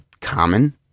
common